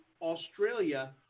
Australia